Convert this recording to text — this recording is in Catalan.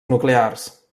nuclears